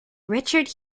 richard